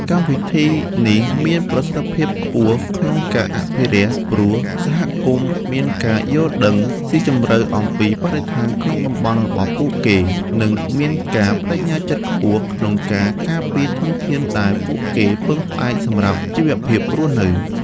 កម្មវិធីនេះមានប្រសិទ្ធភាពខ្ពស់ក្នុងការអភិរក្ស ព្រោះសហគមន៍មានការយល់ដឹងស៊ីជម្រៅអំពីបរិស្ថានក្នុងតំបន់របស់ពួកគេ និងមានការប្ដេជ្ញាចិត្តខ្ពស់ក្នុងការការពារធនធានដែលពួកគេពឹងផ្អែកសម្រាប់ជីវភាពរស់នៅ។